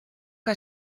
que